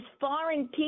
foreign